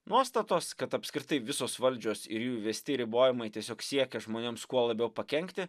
nuostatos kad apskritai visos valdžios ir jų įvesti ribojimai tiesiog siekia žmonėms kuo labiau pakenkti